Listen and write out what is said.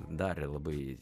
darė labai